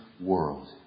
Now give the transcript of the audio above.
world